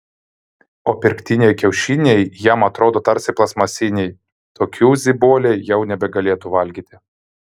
o pirktiniai kiaušiniai jam atrodo tarsi plastmasiniai tokių ziboliai jau nebegalėtų valgyti